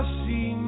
see